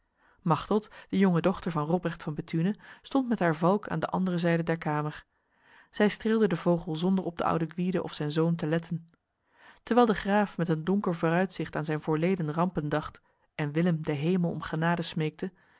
machteld de jonge dochter van robrecht van bethune stond met haar valk aan de andere zijde der kamer zij streelde de vogel zonder op de oude gwyde of zijn zoon te letten terwijl de graaf met een donker vooruitzicht aan zijn voorleden rampen dacht en willem de hemel om genade